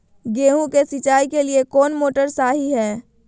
गेंहू के सिंचाई के लिए कौन मोटर शाही हाय?